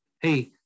hey